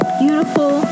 beautiful